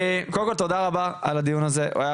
אז קודם כל תודה רבה לכם על הדיון הזה ולכל מי שהשתתף בו.